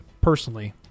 personally